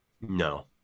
No